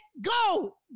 Go